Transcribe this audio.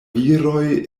viroj